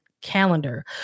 calendar